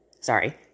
sorry